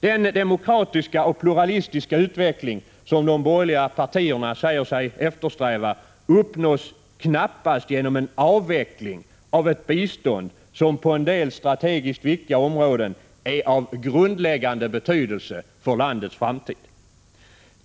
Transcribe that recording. Den demokratiska och pluralistiska utveckling som de borgerliga partierna säger sig eftersträva uppnås knappast genom avveckling av ett bistånd som på en del strategiskt viktiga områden är av grundläggande betydelse för landets framtid.